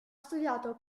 studiato